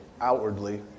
outwardly